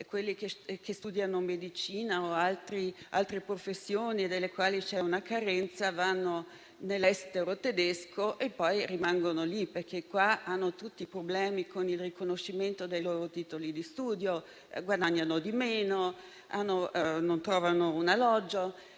coloro che studiano medicina o altre professioni delle quali c'è carenza, vanno nei Paesi esteri di lingua tedesca e poi rimangono lì perché in Italia hanno tutti i problemi con il riconoscimento dei loro titoli di studio, guadagnano di meno, non trovano un alloggio.